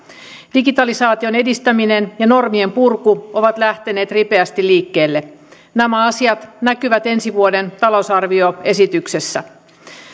digitalisaation edistäminen ja normien purku ovat lähteneet ripeästi liikkeelle nämä asiat näkyvät ensi vuoden talousarvioesityksessä